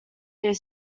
their